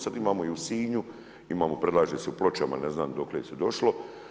Sada imamo i u Sinju, imamo predlaže se u Pločama, ne znam dokle se došlo.